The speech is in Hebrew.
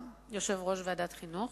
יושב-ראש ועדת החינוך